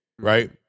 right